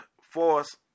force